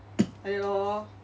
like that lor